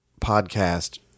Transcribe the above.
podcast